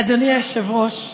אדוני היושב-ראש,